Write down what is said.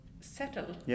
settle